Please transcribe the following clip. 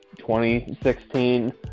2016